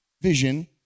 vision